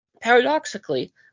Paradoxically